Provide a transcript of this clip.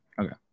Okay